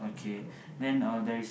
one two three four five